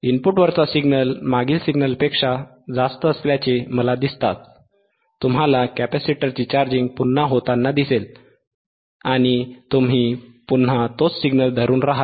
इनपुटवरचा signal मागील सिग्नलपेक्षा जास्त असल्याचे मला दिसताच तुम्हाला कॅपेसिटरची चार्जिंग पुन्हा होताना दिसेल आणि तुम्ही पुन्हा तोच सिग्नल धरून राहाल